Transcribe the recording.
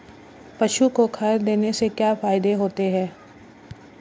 पशु को खल देने से क्या फायदे हैं?